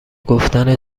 گفتن